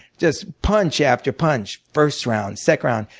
just punch after punch first round, second round.